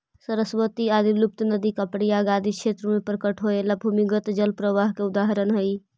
सरस्वती आदि लुप्त नदि के प्रयाग आदि क्षेत्र में प्रकट होएला भूमिगत जल प्रवाह के उदाहरण हई